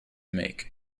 make